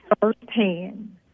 firsthand